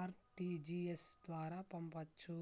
RTGS ద్వారా పంపొచ్చు